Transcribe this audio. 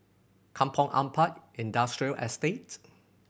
Kampong Ampat Industrial Estate